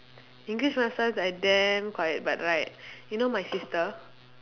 english maths science I damn quiet but right you know my sister